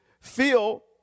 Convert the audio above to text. feel